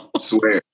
swear